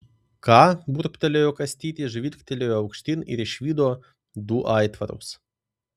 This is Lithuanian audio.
ką burbtelėjo kastytis žvilgtelėjo aukštyn ir išvydo du aitvarus